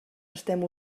estem